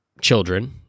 children